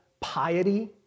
piety